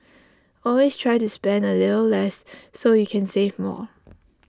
always try to spend A little less so you can save more